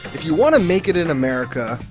if you want to make it in america,